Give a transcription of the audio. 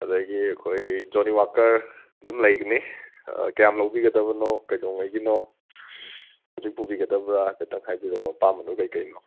ꯑꯗꯒꯤ ꯑꯩꯈꯣꯏ ꯖꯣꯅꯤ ꯋꯥꯛꯀꯔ ꯑꯗꯨꯝ ꯂꯩꯒꯅꯤ ꯑꯥ ꯀꯌꯥꯝ ꯂꯧꯕꯤꯒꯗꯕꯅꯣ ꯀꯩꯗꯧꯉꯩꯒꯤꯅꯣ ꯍꯧꯖꯤꯛ ꯄꯨꯕꯤꯒꯗꯕ꯭ꯔꯥ ꯍꯥꯏꯐꯦꯠꯇꯪ ꯍꯥꯏꯕꯤꯔꯛꯑꯣ ꯑꯄꯥꯝꯕꯗꯨ ꯀꯔꯤ ꯀꯔꯤꯅꯣ